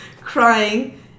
crying